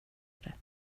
det